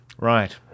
Right